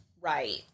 right